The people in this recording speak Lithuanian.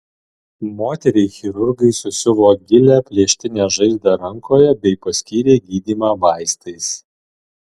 moteriai chirurgai susiuvo gilią plėštinę žaizdą rankoje bei paskyrė gydymą vaistais